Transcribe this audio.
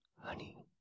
honey